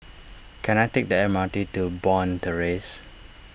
can I take the M R T to Bond Terrace